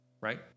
right